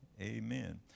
amen